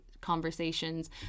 conversations